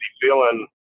feeling